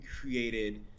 created